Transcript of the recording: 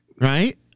right